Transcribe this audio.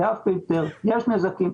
היה פילטר, יש נזקים.